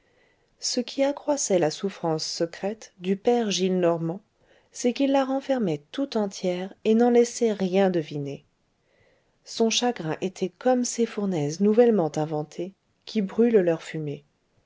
ce qui accroissait la souffrance secrète du père gillenormand c'est qu'il la renfermait tout entière et n'en laissait rien deviner son chagrin était comme ces fournaises nouvellement inventées qui brûlent leur fumée